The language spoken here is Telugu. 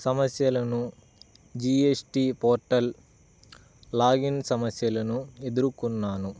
సమస్యలను G S T portal login సమస్యలను ఎదురుకున్నాను